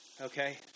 Okay